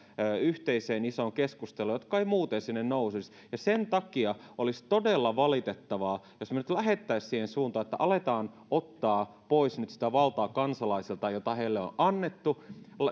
yhteiseen isoon keskusteluun semmoisia teemoja jotka eivät muuten sinne nousisi ja sen takia olisi todella valitettavaa jos me nyt lähtisimme siihen suuntaan että alkaisimme ottaa pois sitä valtaa kansalaisilta jota heille on annettu